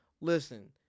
listen